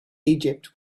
egypt